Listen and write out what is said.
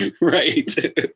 right